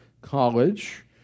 College